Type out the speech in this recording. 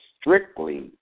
strictly